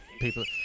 people